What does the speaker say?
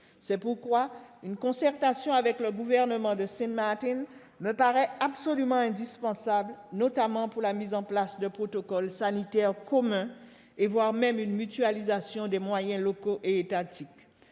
C'est pourquoi une concertation avec le gouvernement de Sint Maarten me semble absolument indispensable, afin notamment de mettre en place des protocoles sanitaires communs, voire de mutualiser les moyens locaux et étatiques.